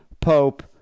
Pope